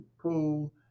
pool